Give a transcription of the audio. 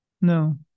No